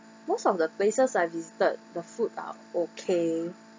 most of the places I visited the food are okay